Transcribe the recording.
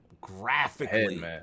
graphically